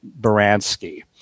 Baranski